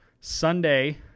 sunday